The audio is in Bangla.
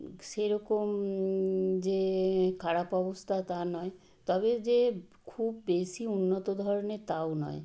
সেরকম যে খারাপ অবস্থা তা নয় তবে যে খুব বেশি উন্নত ধরনের তাও নয়